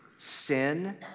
sin